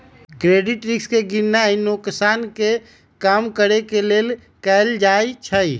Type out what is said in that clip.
credit risk के गीणनाइ नोकसान के कम करेके लेल कएल जाइ छइ